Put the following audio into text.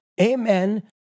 Amen